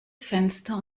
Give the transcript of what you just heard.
fenster